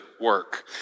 work